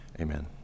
Amen